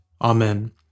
Amen